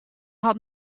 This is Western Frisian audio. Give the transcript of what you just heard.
hat